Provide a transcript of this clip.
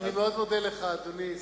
אני מאוד מודה לך, אדוני .